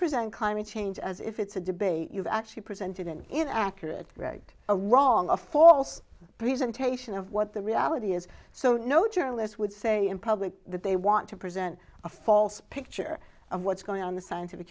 present content change as if it's a debate you've actually presented an inaccurate right or wrong a false presentation of what the reality is so no journalist i'd say in public that they want to present a false picture of what's going on the scientific